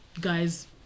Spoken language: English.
guys